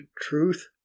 truth